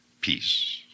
peace